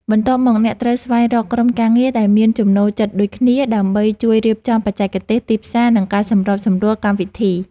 បន្ទាប់មក អ្នកត្រូវស្វែងរកក្រុមការងារដែលមានចំណូលចិត្តដូចគ្នា ដើម្បីជួយរៀបចំបច្ចេកទេស ទីផ្សារ និងការសម្របសម្រួលកម្មវិធី។